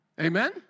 Amen